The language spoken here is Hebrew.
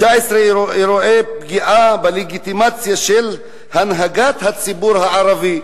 19 אירועי פגיעה בלגיטימציה של הנהגת הציבור הערבי.